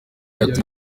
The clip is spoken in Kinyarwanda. ati